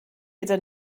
gyda